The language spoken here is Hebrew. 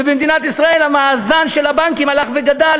ובמדינת ישראל המאזן של הבנקים הלך וגדל